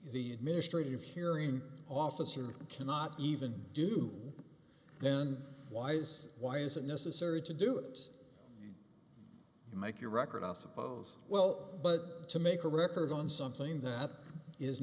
the administrative hearing officer cannot even do then why is why is it necessary to do it you make your record all suppose well but to make a record on something that is